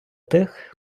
тих